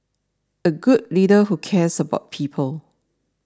a good leader who cares about people